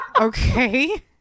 okay